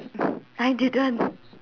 I didn't